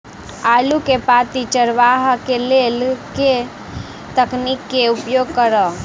आलु केँ पांति चरावह केँ लेल केँ तकनीक केँ उपयोग करऽ?